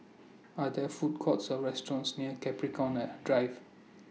Are There Food Courts Or restaurants near Capricorn Drive